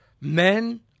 men